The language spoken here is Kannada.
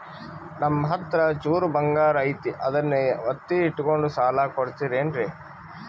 ನಮ್ಮಹತ್ರ ಚೂರು ಬಂಗಾರ ಐತಿ ಅದನ್ನ ಒತ್ತಿ ಇಟ್ಕೊಂಡು ಸಾಲ ಕೊಡ್ತಿರೇನ್ರಿ?